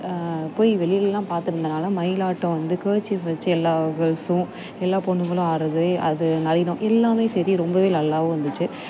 போய் வெளியிலலாம் பார்த்து இருந்ததுனால மயிலாட்டம் வந்து கேர்சீஃப் வெச்சு எல்லாம் கேர்ள்ஸும் எல்லா பொண்ணுங்களும் ஆடுறது அது நளினம் எல்லாம் சேத்து ரொம்ப நல்லாவும் இருந்துச்சு